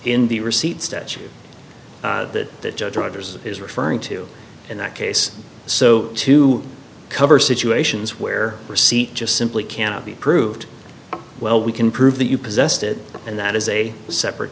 in the receipt statute that judge rogers is referring to in that case so to cover situations where a receipt just simply cannot be proved well we can prove that you possessed it and that is a separate